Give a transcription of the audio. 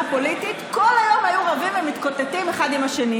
פוליטית כל היום היו רבים ומתקוטטים אחד עם השני,